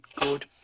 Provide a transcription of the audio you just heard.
good